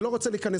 לא,